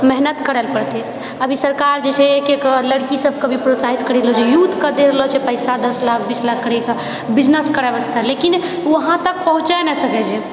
मेहनत करै लए पड़ते अभी सरकार जेछै एक एक लड़की सबके भी प्रोत्साहित करै लए यूथके दै रहलो छै पैसा दश लाख बीस लाख करिके बिजनेस करए वास्ते लेकिन वहाँ तक पहुँचेै नहि सकैछै